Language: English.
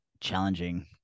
challenging